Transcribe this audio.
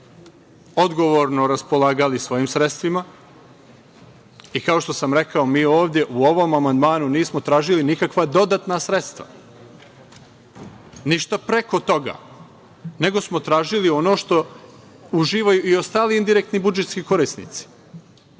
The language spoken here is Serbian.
odgovorno raspolagali svojim sredstvima, i kao što sam rekao, mi ovde u ovom amandmanu nismo tražili nikakva dodatna sredstva, ništa preko toga, nego smo tražili ono što uživaju i ostali indirektni budžetski korisnici. Dakle,